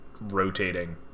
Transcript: rotating